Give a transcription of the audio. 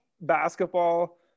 basketball